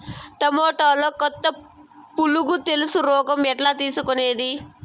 టమోటాలో కొత్త పులుగు తెలుసు రోగం ఎట్లా తెలుసుకునేది?